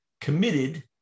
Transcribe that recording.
committed